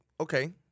okay